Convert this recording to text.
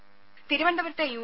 രേര തിരുവനന്തപുരത്തെ യു